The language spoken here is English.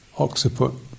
occiput